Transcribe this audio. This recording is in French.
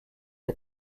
est